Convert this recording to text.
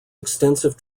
extensive